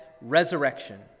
resurrection